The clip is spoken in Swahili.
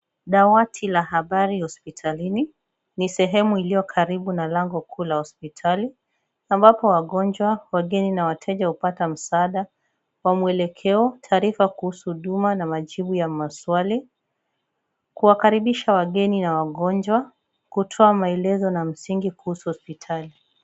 Dawati la habari hospitalini, ni sehemu iliyo karibu na lango kuu la hospitali ,ambapo wagonjwa ,wageni na wateja upata msaada wa mwelekeo, taarifa kuhusu huduma na majibu ya maswali, kuwakaribisha wageni na wagonjwa, kutoa maelezo na msingi kuhusu hospitali.